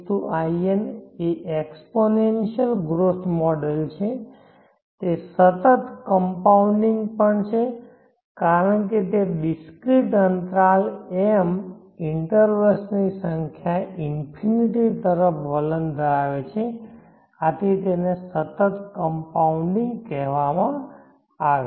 n એ exponential growth model છે તે સતત કમ્પાઉન્ડિંગ પણ છે કારણ કે ડિસ્ક્રિટ અંતરાલ m ઇન્ટરવલ્સની સંખ્યા ઇન્ફીનીટી તરફ વલણ ધરાવે છે તેથી તેને સતત કમ્પાઉન્ડિંગ કહેવામાં આવે છે